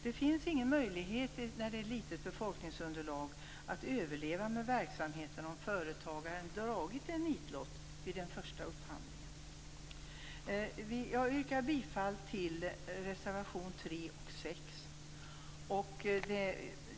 Det finns ingen möjlighet med ett litet befolkningsunderlag att överleva med verksamheten om företagaren dragit en nitlott i den första upphandlingen. Jag yrkar bifall till reservationerna 3 och 6.